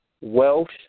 Welsh